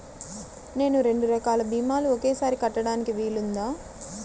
నేను రెండు రకాల భీమాలు ఒకేసారి కట్టడానికి వీలుందా?